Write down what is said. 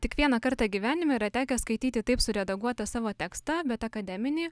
ai tik vieną kartą gyvenime yra tekę skaityti taip suredaguotą savo tekstą bet akademinį